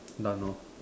done hor